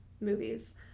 movies